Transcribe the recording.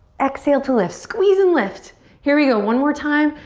exhale to lift. squeeze and lift. here we go, one more time.